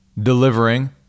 delivering